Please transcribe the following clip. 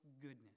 goodness